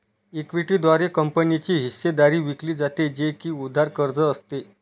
equity द्वारे कंपनीची हिस्सेदारी विकली जाते, जे की उधार कर्ज असते